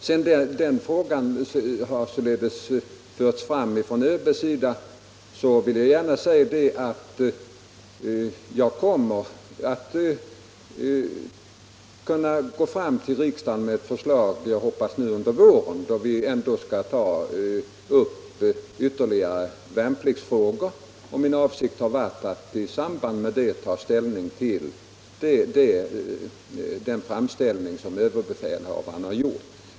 Sedan arméchefen nu har aktualiserat frågan och överbefälhavaren har kommit in med förslag vill jag säga att jag hoppas att kunna lägga fram förslag för riksdagen under våren då vi ändå skall ta ställning till andra värnpliktsfrågor. Min avsikt har varit att i samband med detta ta ställning till den framställning som överbefälhavaren har gjort.